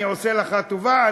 אני עושה לך טובה.